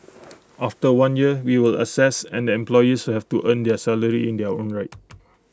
after one year we will assess and the employees have to earn their salary in their own right